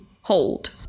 hold